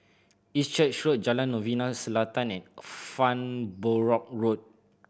East Church Road Jalan Novena Selatan and Farnborough Road